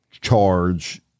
charge